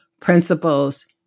principles